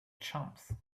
chumps